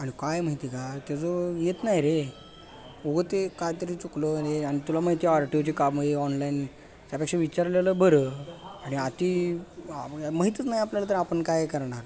आणि काय माहिती का त्याजो येत नाही रे व ते काय तरी चुकलो रे आणि तुला माहिती आर टी ओची काम ही ऑनलाईन त्यापेक्षा विचारलेलं बरं आणि अगदी माहीतच नाही आपल्याला तर आपण काय करणार